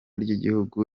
ry’igihugu